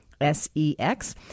S-E-X